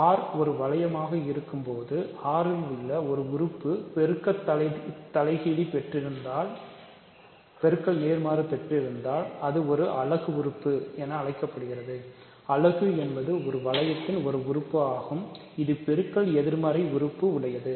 R ஒரு வளையமாக இருக்கும்போது R இல் உள்ள ஒரு உறுப்பு ஒரு பெருக்க தலைகீழ் பெற்றிருந்தால் இருந்தால் ஒரு அலகுஉறுப்பு என்று அழைக்கப்படுகிறது அலகு என்பது ஒரு வளையத்தின் ஒரு உறுப்பு ஆகும் இது பெருக்கல் எதிர்மறை உறுப்பு உடையது